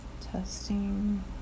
Testing